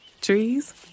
Trees